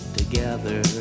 together